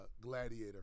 gladiator